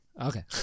Okay